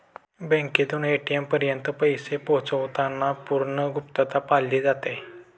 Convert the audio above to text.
बँकेतून ए.टी.एम पर्यंत पैसे पोहोचवताना पूर्ण गुप्तता पाळली जाते